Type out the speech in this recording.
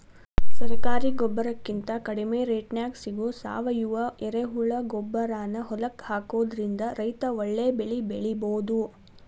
ಸರಕಾರಿ ಗೊಬ್ಬರಕಿಂತ ಕಡಿಮಿ ರೇಟ್ನ್ಯಾಗ್ ಸಿಗೋ ಸಾವಯುವ ಎರೆಹುಳಗೊಬ್ಬರಾನ ಹೊಲಕ್ಕ ಹಾಕೋದ್ರಿಂದ ರೈತ ಒಳ್ಳೆ ಬೆಳಿ ಬೆಳಿಬೊದು